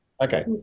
Okay